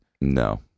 No